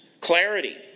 clarity